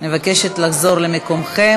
אני מבקשת לחזור למקומות.